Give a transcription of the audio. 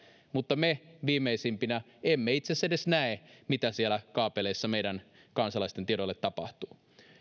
mutta me viimeisimpinä emme itse asiassa edes näe mitä siellä kaapeleissa meidän kansalaisten tiedoille tapahtuu